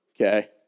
okay